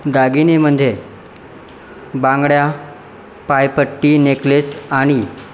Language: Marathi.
दागिन्यांमध्ये बांगड्या पायपट्टी नेकलेस आणि